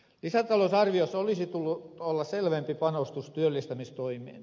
lisätalousarviossa olisi tullut olla selvempi panostus työllistämistoimiin